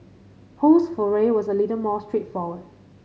Ho's foray was a little more straightforward